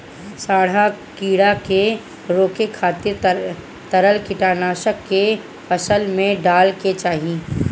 सांढा कीड़ा के रोके खातिर तरल कीटनाशक के फसल में डाले के चाही